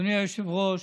אדוני היושב-ראש,